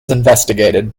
investigated